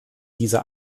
dieser